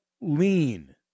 lean